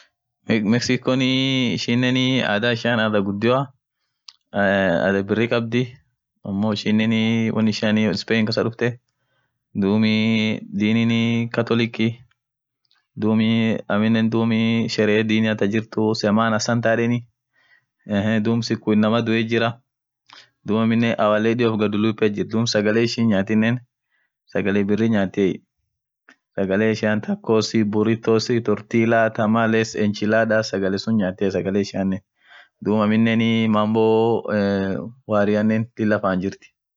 mexiconii adhaa ishiàn adhaa ghudio eee adhaa birri khabdhi ammo ishin won ishian spain kasaa dhufthee dhubinen Dini ishian catholic dhub aminen dhub sherehe dini kajirthu seman santor yedheni ahhh siku inamaa dhiuith jira dhubinen our lady of ghadhulpia jira sagale ishin nyathinen sagale birri nyathiye sagale ishia thaa tosiborithoo inchi laders sagale suun nyathiia sagale ishianenn dhub aminen mambo warriane Lilia faan jirthi